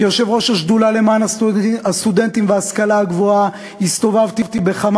כיושב-ראש השדולה למען הסטודנטים וההשכלה הגבוהה הסתובבתי בכמה